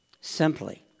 simply